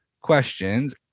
questions